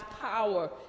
power